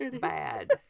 bad